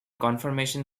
confirmation